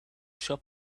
shop